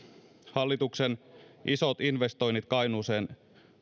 hallituksen isot investoinnit kainuuseen